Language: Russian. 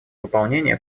выполнение